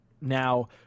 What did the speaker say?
Now